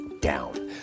down